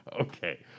Okay